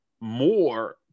more –